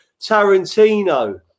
Tarantino